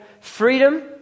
freedom